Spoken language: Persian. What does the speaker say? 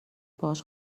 باهاش